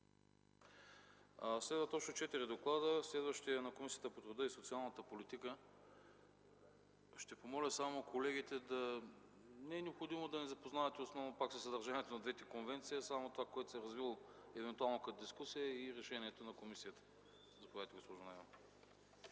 Следват още четири доклада. Следващият е на Комисията по труда и социалната политика. Ще помоля колегите – не е необходимо да ни запознавате основно пак със съдържанието на двете конвенции, а само с това, което се е развило евентуално като дискусия, и решението на комисията. Заповядайте, госпожо